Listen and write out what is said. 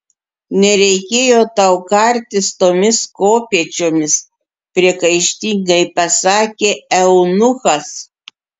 nereikėjo tau kartis tomis kopėčiomis priekaištingai pasakė eunuchas